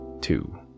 Two